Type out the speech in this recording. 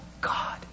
God